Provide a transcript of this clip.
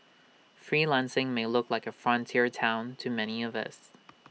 freelancing may look like frontier Town to many of us